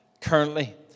currently